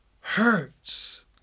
hurts